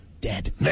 Dead